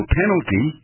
penalty